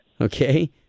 Okay